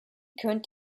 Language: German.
könnt